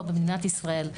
פה במדינת ישראל,